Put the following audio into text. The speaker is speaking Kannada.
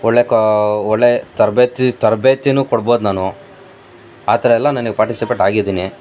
ಒಳ್ಳೆಯ ಕೋ ಒಳ್ಳೆಯ ತರಬೇತಿ ತರ್ಬೇತಿಯೂ ಕೊಡ್ಬೋದು ನಾನು ಆ ಥರ ಎಲ್ಲ ನನಗೆ ಪಾಟಿಸಿಪೇಟ್ ಆಗಿದ್ದೀನಿ